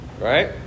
Right